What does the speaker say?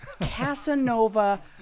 Casanova